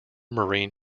marine